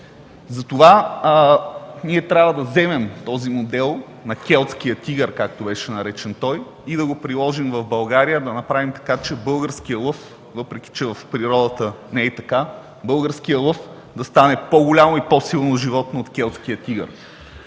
Затова ние трябва да вземем този модел на келтския тигър, както беше наречен той, и да го приложим в България. Да направим така, че българският лъв – въпреки че в природата не е така, да стане по-голямо и по-силно животно от келтския тигър.